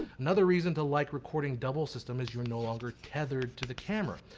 another reason to like recording double system is you are no longer tethered to the camera.